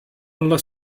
alla